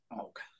Okay